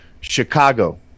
Chicago